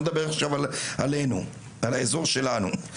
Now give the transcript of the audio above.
אני לא מדבר עכשיו עלינו ועל האזור שלנו,